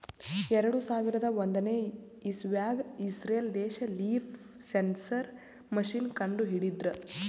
ಎರಡು ಸಾವಿರದ್ ಒಂದನೇ ಇಸವ್ಯಾಗ್ ಇಸ್ರೇಲ್ ದೇಶ್ ಲೀಫ್ ಸೆನ್ಸರ್ ಮಷೀನ್ ಕಂಡು ಹಿಡದ್ರ